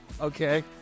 Okay